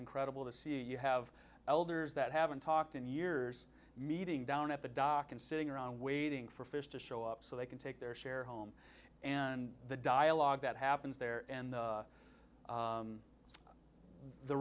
incredible to see you have elders that haven't talked in years meeting down at the dock and sitting around waiting for fish to show up so they can take their share home and the dialogue that happens there and the the